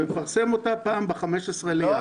והוא מפרסם אותה ב-15 לינואר.